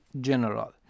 general